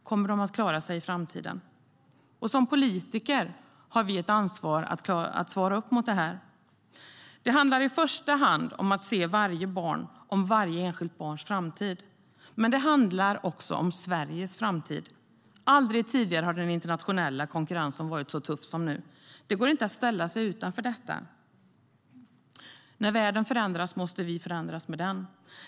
Kommer de att klara sig i framtiden? Som politiker har vi ett ansvar för att svara upp mot detta. Det handlar i första hand om att se varje barn, om varje enskilt barns framtid. Men det handlar också om Sveriges framtid. Aldrig tidigare har den internationella konkurrensen varit så tuff som nu. Det går inte att ställa sig utanför detta. När världen förändras måste vi förändras med den.